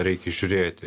reikia žiūrėti